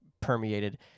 permeated